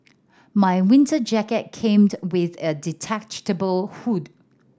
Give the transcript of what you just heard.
my winter jacket came with a detachable hood